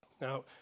Now